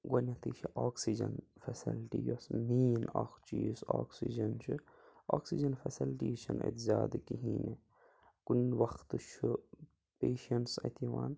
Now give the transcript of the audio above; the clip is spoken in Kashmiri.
گۄڈٕنیٚتھٕے چھِ آکسیٖجَن فیسَلٹی یۄس مین اَکھ چیٖز آکسیٖجَن چھُ آکسیٖجَن فیسَلٹی چھَنہٕ اَتہِ زیادٕ کِہیٖنۍ نہٕ کُنہِ وقتہٕ چھِ پیشَنٹٕس اَتہِ یِوان